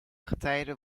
getijden